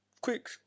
quick